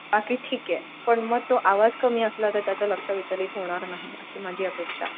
बाकी ठीक आहे पण मग तो आवाज कमी असला तर त्याचा लक्ष विचलित होणार नाही अशी माझी अपेक्षा